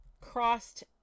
crossed